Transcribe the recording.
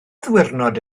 ddiwrnod